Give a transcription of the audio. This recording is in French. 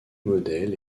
modèle